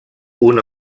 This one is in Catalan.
una